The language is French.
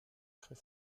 très